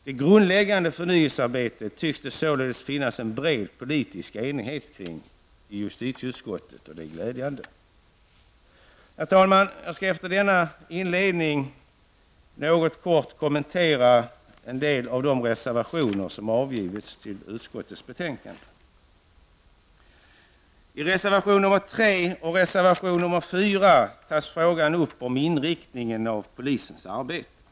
Det grundläggande förnyelsearbetet tycks det sålunda finnas en bred politisk enighet kring i justitieutskottet, och det är glädjande. Herr talman! Efter denna inledning skall jag kort kommentera en del av de reservationer som har avgivits till utskottets betänkande. I reservation nr 3 och 4 tas frågorna om inriktningen av polisens arbete upp.